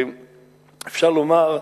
אפשר לומר,